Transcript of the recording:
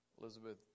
Elizabeth